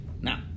Now